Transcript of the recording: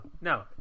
no